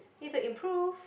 need to improve